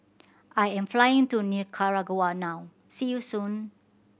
I am flying to Nicaragua now see you soon